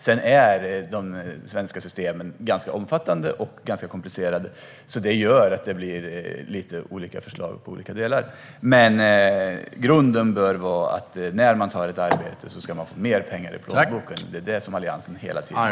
Sedan är de svenska systemen ganska omfattande och ganska komplicerade. Det gör att det blir lite olika förslag i olika delar. Men grunden bör vara att man ska få mer pengar i plånboken när man tar ett arbete. Det är det som Alliansen hela tiden .